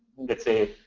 let's say